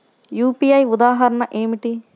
UPI ఉదాహరణ ఏమిటి?